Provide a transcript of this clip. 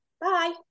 Bye